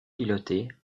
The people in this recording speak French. piloté